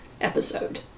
episode